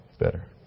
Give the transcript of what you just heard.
Better